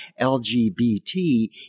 LGBT